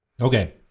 Okay